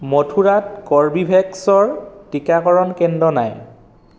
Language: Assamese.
মথুৰাত কৰ্বীভেক্সৰ টীকাকৰণ কেন্দ্ৰ নাই